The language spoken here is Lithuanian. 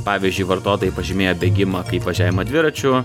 pavyzdžiui vartotojai pažymėjo bėgimą kaip važiavimą dviračiu